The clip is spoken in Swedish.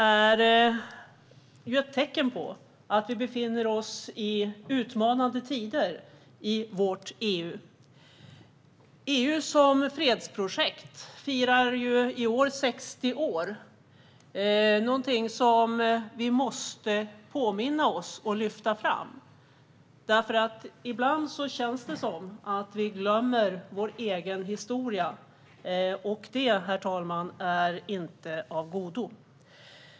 Det finns tecken på att vårt EU befinner sig i utmanande tider. EU som fredsprojekt firar i år 60 år. Det måste vi påminna oss och lyfta fram. Ibland känns det nämligen som att vi glömmer vår egen historia. Det är inte av godo.